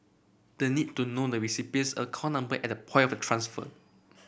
the need to know the recipient's account number at the point of transfer